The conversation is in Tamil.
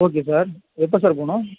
ஓகே சார் எப்போ சார் போகணும்